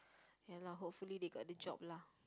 ya lah hopefully they got the job lah